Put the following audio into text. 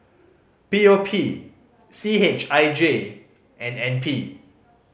P O P C H I J and N P